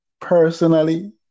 personally